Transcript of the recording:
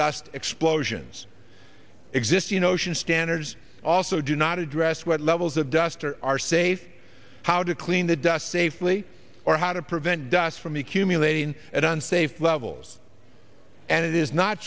dust explosions exist you notion standards also do not address what levels of duster are safe how to clean the dust safely or how to prevent dust from the accumulating at unsafe levels and it is not